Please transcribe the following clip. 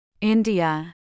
India